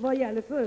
Vad slutligen gäller